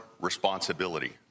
responsibility